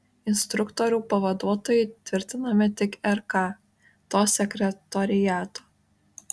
instruktorių pavaduotojai tvirtinami tik rk to sekretoriato